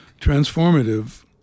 transformative